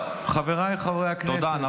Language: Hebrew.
חבריי חברי הכנסת ------ תודה,